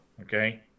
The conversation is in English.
Okay